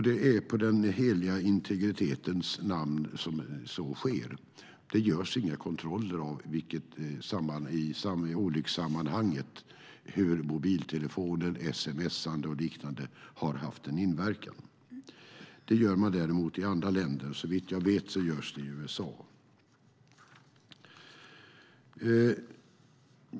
Det är i den heliga integritetens namn som så sker. Det görs inga kontroller i samband med olyckor av om mobiltelefonen använts för sms och liknande och vilken inverkan detta i så fall haft. Det gör man däremot i andra länder. Såvitt jag vet görs det i USA.